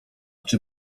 czy